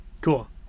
Cool